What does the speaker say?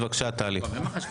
בבקשה, טלי.